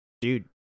Dude